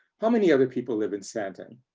how many other people live in sandton?